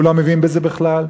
הוא לא מבין בזה בכלל.